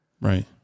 Right